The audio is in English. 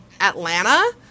Atlanta